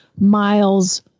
miles